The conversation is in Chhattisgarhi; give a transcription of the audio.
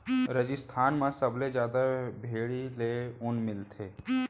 राजिस्थान म सबले जादा भेड़ी ले ऊन मिलथे